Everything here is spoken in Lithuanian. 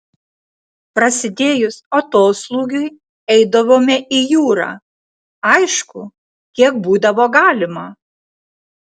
prasidėjus atoslūgiui eidavome į jūrą aišku kiek būdavo galima